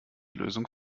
lösung